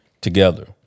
together